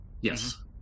Yes